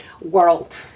world